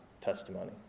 testimony